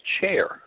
chair